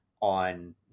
on